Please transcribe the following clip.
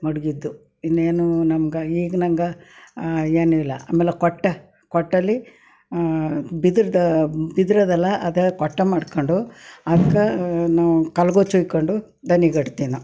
ಮಡಗಿದ್ದು ಇನ್ನೇನೂ ನಮ್ಗೆ ಈಗ ನಮ್ಗೆ ಏನೂ ಇಲ್ಲ ಆಮೇಲೆ ಕೊಟ್ಟ ಕೊಟ್ಟಲಿ ಬಿದ್ರದ್ದು ಬಿದ್ರು ಅದಾ ಅಲ್ಲ ಅದ್ರಲ್ಲಿ ಕೊಟ್ಟು ಮಾಡ್ಕೊಂಡು ಅದ್ಕೆ ನಾವು ಕಲಗಚ್ಚು ಹುಯ್ಕೊಂಡು ದನಿಗೆ ಅಟ್ತೀವಿ ನಾವು